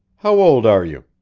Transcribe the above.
how old are you?